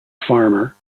farmer